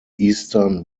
eastern